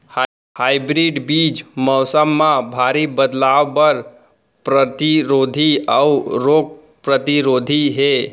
hybrid बीज मौसम मा भारी बदलाव बर परतिरोधी अऊ रोग परतिरोधी हे